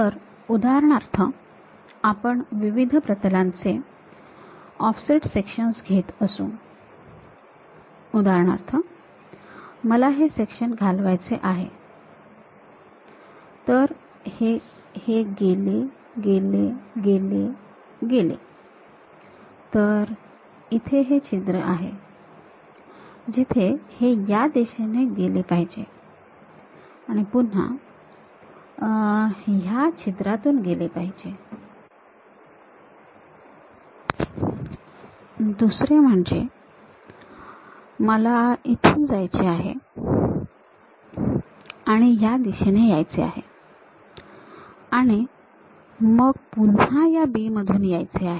तर उदाहरणार्थ आपण विविध प्रतलांचे ऑफसेट सेक्शन्स घेत असू उदाहरणार्थ मला हे सेक्शन घालवायचे आहे तर हे गेले गेले गेलेगेले तर इथे हे छिद्र आहे जिथे हे या दिशेने गेले पाहिजे पुन्हा ह्या छिद्रातून गेले पाहिजे दुसरे म्हणजे मला इथून जायचे आहे आणि या दिशेने यायचे आहे आणि पुन्हा या B मधून यायचे आहे